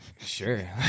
sure